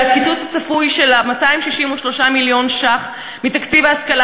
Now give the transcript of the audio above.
כי הקיצוץ הצפוי של 266 מיליון ש"ח מתקציב ההשכלה